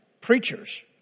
Preachers